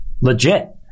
legit